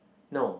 no